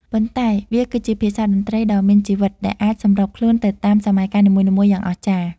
ប៉ុន្តែវាគឺជាភាសាតន្ត្រីដ៏មានជីវិតដែលអាចសម្របខ្លួនទៅតាមសម័យកាលនីមួយៗយ៉ាងអស្ចារ្យ។